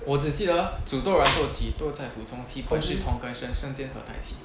我只记得煮豆燃豆箕豆在斧中泣本是同根生相煎何太急